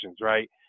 right